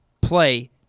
play